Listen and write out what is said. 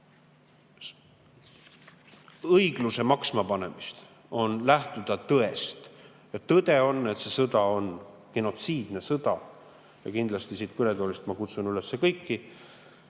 õigluse maksmapanemist, on lähtuda tõest. Tõde on, et see sõda on genotsiidne sõda. Ja kindlasti siit kõnetoolist ma kutsun üles kõiki